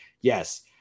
yes